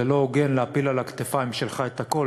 זה לא הוגן להפיל על הכתפיים שלך הכול,